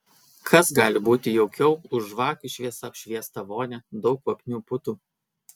kas gali būti jaukiau už žvakių šviesa apšviestą vonią daug kvapnių putų